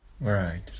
Right